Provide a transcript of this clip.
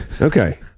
Okay